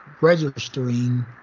registering